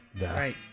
Right